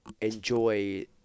enjoy